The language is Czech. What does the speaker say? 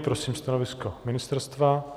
Prosím o stanovisko ministerstva.